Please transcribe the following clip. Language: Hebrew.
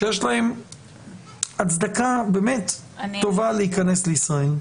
שיש להם הצדקה באמת טובה להיכנס לישראל.